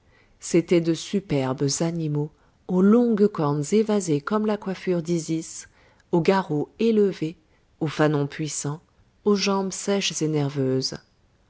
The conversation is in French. c'étaient de superbes animaux aux longues cornes évasées comme la coiffure d'isis au garrot élevé au fanon puissant aux jambes sèches et nerveuses